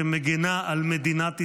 שמגינה על מדינת ישראל.